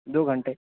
دو گھنٹے